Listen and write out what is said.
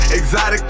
exotic